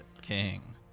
King